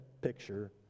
picture